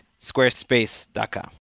squarespace.com